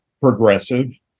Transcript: progressive